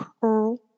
curl